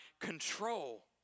control